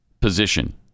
position